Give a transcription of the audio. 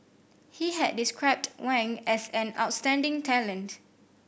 he had described Wang as an outstanding talent